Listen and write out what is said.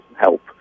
help